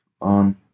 on